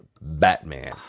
Batman